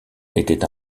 était